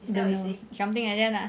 don't know something like that lah